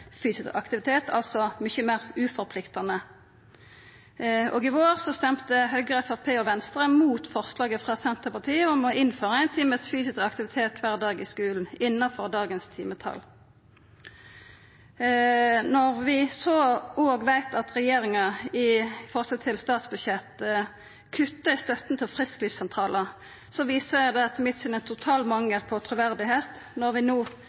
fysisk aktivitet. Det er mykje meir uforpliktande. I vår stemte Høgre, Framstegspartiet og Venstre imot forslaget frå Senterpartiet om å innføra ein time fysisk aktivitet kvar dag i skulen, innanfor dagens timetal. Når vi òg veit at regjeringa i forslaget til statsbudsjett kuttar i støtta til frisklivssentralar, viser det etter mitt syn ein total mangel på truverde når dei no